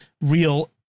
real